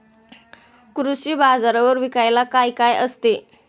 कृषी बाजारावर विकायला काय काय असते?